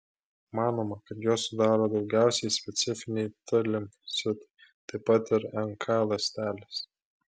manoma kad juos sudaro daugiausiai specifiniai t limfocitai taip pat ir nk ląstelės